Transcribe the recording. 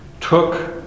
took